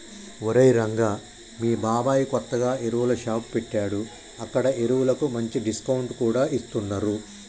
ఒరేయ్ రంగా మీ బాబాయ్ కొత్తగా ఎరువుల షాప్ పెట్టాడు అక్కడ ఎరువులకు మంచి డిస్కౌంట్ కూడా ఇస్తున్నరు